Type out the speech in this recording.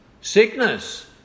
Sickness